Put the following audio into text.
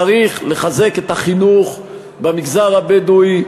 צריך לחזק את החינוך במגזר הבדואי,